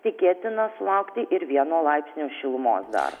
tikėtina sulaukti ir vieno laipsnio šilumos dar